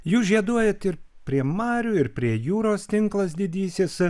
jūs žieduojat ir prie marių ir prie jūros tinklas didysis